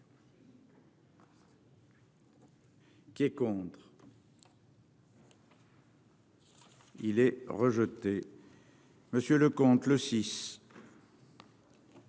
Qui est contre. Il est rejeté, monsieur Leconte le 6.